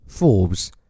Forbes